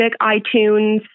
iTunes